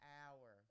hour